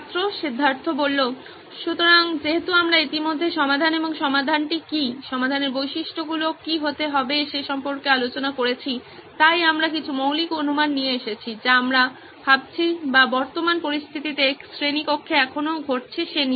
ছাত্র সিদ্ধার্থ সুতরাং যেহেতু আমরা ইতিমধ্যে সমাধান এবং সমাধানটি কি সমাধানের বৈশিষ্ট্যগুলি কী হতে হবে সে সম্পর্কে আলোচনা করেছি তাই আমরা কিছু মৌলিক অনুমান নিয়ে এসেছি যা আমরা ভাবছি বা বর্তমান পরিস্থিতিতে শ্রেণীকক্ষে এখনও ঘটছে সে নিয়ে